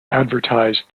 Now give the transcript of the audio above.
advertised